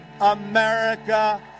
America